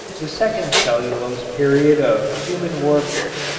the second cellulose period of human warfare.